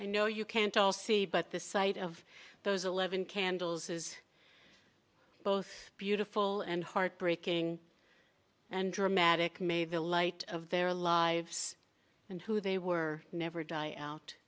i know you can't all see but the sight of those eleven candles is both beautiful and heartbreaking and dramatic may the light of their lives and who they were never die out